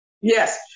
Yes